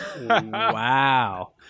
Wow